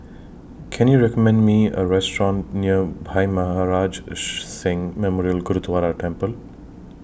Can YOU recommend Me A Restaurant near Bhai Maharaj Singh Memorial Gurdwara Temple